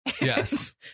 Yes